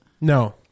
No